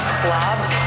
slobs